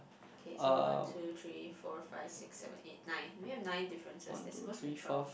okay so one two three four five six seven eight nine do we have nine differences there's supposed to be twelve